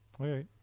Okay